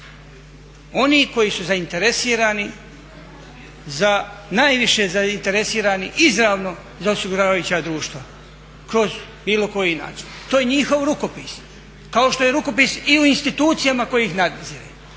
oni koji su zainteresirani, najviše zainteresirani izravno za osiguravajuća društva kroz bilo koji način. To je njihov rukopis, kao što je rukopis i u instituciji koja ih nadzire,